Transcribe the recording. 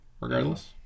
regardless